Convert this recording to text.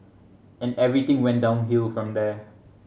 and everything went downhill from there